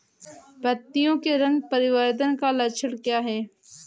पत्तियों के रंग परिवर्तन का लक्षण क्या है?